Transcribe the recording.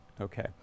Okay